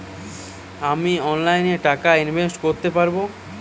আমি অনলাইনে টাকা ইনভেস্ট করতে পারবো?